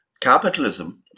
capitalism